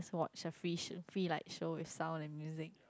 watched a free show free light show with sound and music